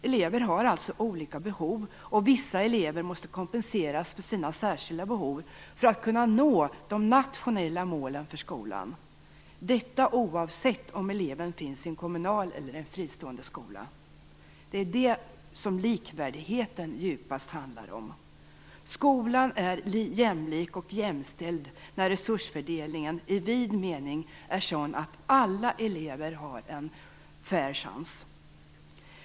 Elever har olika behov, och vissa elever måste kompenseras för sina särskilda behov för att kunna nå de nationella målen för skolan - detta oavsett om eleven finns i en kommunal eller en fristående skola. Det är det som likvärdigheten djupast handlar om. Skolan är jämlik och jämställd när resursfördelningen i vid mening är sådan att alla elever har en fair chans.